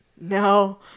No